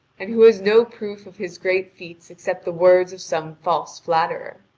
and who has no proof of his great feats except the words of some false flatterer.